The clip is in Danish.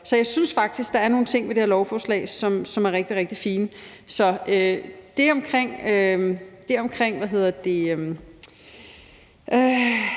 Så jeg synes faktisk, der er nogle ting ved det her lovforslag, som er rigtig, rigtig fine. Det her med, at man skal scanne med